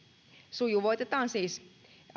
sujuvoitetaan siis